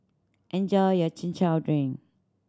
enjoy your Chin Chow drink